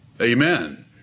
Amen